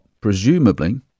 presumably